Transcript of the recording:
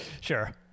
Sure